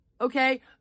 okay